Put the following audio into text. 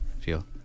feel